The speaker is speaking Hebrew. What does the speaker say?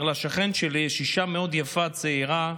אומר: לשכן שלי יש אישה מאוד יפה, צעירה.